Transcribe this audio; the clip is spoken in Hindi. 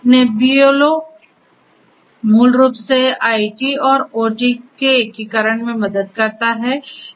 नेबियोलो मूल रूप से आईटी और ओटी के एकीकरण में मदद करता है